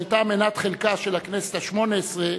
שהיתה מנת חלקה של הכנסת השמונה-עשרה,